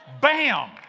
Bam